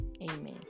amen